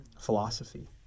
Philosophy